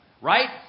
right